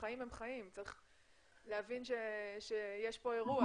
החיים הם חיים וצריך להבין שיש כאן אירוע.